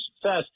success